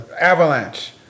avalanche